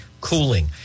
cooling